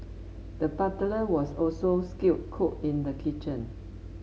the butcher was also a skilled cook in the kitchen